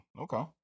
Okay